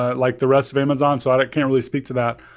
ah like the rest of amazon, so i like can't really speak to that.